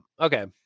Okay